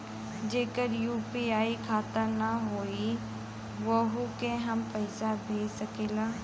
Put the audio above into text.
जेकर यू.पी.आई खाता ना होई वोहू के हम पैसा भेज सकीला?